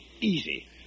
Easy